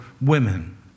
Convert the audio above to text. women